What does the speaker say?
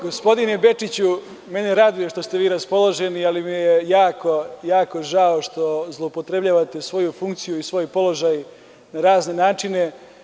Gospodine Bečiću, mene raduje što ste vi raspoloženi, ali mi je jako žao što zloupotrebljavate svoju funkciju i svoj položaj na razne načine.